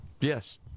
yes